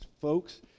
folks